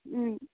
उम्